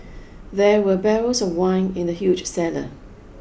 there were barrels of wine in the huge cellar